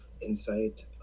insight